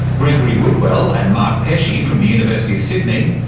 gregory whitwell and mark pesce yeah from the university of sydney,